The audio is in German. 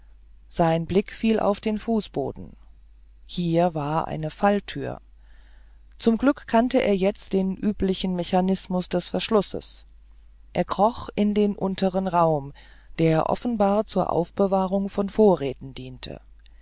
sein blick fiel auf den fußboden hier war eine falltür zum glück kannte er jetzt den üblichen mechanismus des verschlusses er kroch in den unteren raum der offenbar zur aufbewahrung von vorräten diente